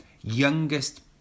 Youngest